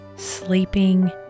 sleeping